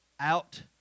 Out